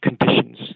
conditions